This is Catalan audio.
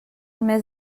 més